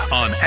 on